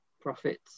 profits